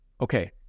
okay